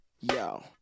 yo